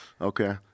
Okay